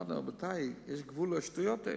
ואמרתי להם: רבותי, יש גבול לשטויות האלה.